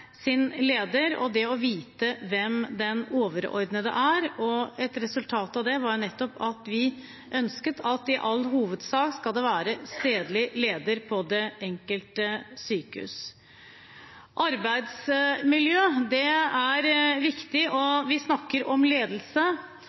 sin leder og det å vite hvem den overordnede er. Et resultat av det var nettopp at vi ønsket at det i all hovedsak skal være stedlig leder i det enkelte sykehus. Arbeidsmiljøet er viktig. Vi snakker om ledelse,